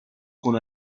con